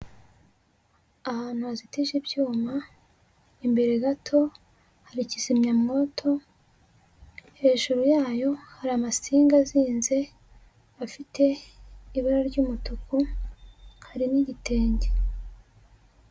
Ahantu hazitije ibyuma, imbere gato hari ikizimyamwoto, hejuru yayo hari amasinga azinze afite ibara ry'umutuku, hari n'igitenge.